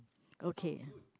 okay